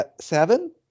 Seven